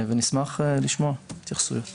ונשמח לשמוע התייחסויות.